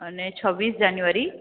અને છવીસ જાન્યુવારી